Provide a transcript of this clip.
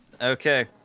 Okay